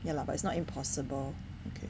ya lah but it's not impossible